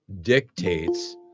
dictates